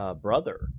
brother